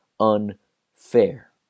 unfair